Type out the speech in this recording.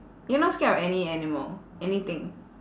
you're not scared of any animal anything